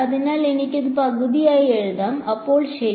അതിനാൽ എനിക്ക് ഇത് പകുതിയായി എഴുതാം അപ്പൊ ശരി